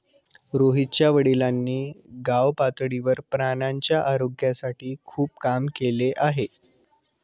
रोहितच्या वडिलांनी गावपातळीवर प्राण्यांच्या आरोग्यासाठी खूप काम केले आहे